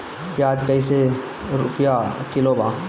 प्याज कइसे रुपया किलो बा?